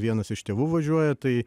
vienas iš tėvų važiuoja tai